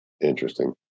Interesting